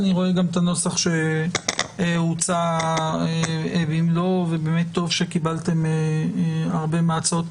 רואה גם את הנוסח שהוצע וטוב שקיבלתם הרבה מההצעות.